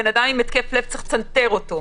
אם יש לבן אדם התקף לב וצריך לצנתר אותו.